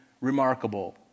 remarkable